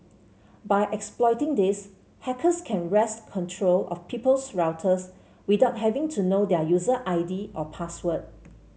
by exploiting this hackers can wrest control of people's routers without having to know their user I D or password